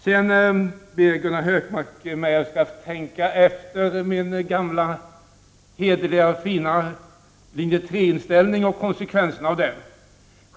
Gunnar Hökmark ber mig sedan tänka igenom min gamla hederliga, fina linje 3-inställning och konsekvenserna av den.